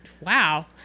wow